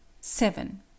seven